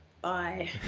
bye